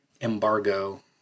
embargo